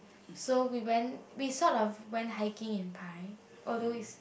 so we went we sort of went hiking in Pai although is